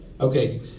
Okay